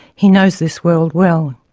he knows this world well.